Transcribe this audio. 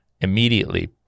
immediately